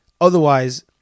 Otherwise